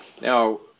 Now